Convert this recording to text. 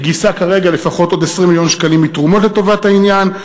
היא גייסה כרגע לפחות עוד 20 מיליון שקלים מתרומות לטובת העניין.